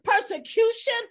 persecution